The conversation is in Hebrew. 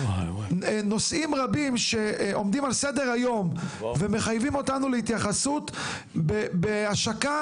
נושאים רבים שעומדים על סדר היום ומחייבים אותנו להתייחסות בהשקה